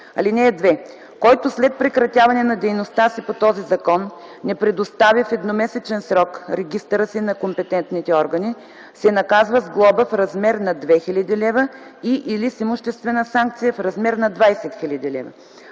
лв. (2) Който след прекратяване на дейността си по този закон не представи в едномесечен срок регистъра си на компетентните органи, се наказва с глоба в размер на 2000 лв. и/или с имуществена санкция в размер на 20 000 лв.